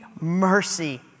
mercy